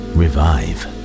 revive